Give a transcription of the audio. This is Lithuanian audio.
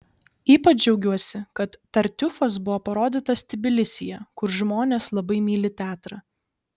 ypač džiaugiuosi kad tartiufas buvo parodytas tbilisyje kur žmonės labai myli teatrą